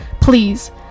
Please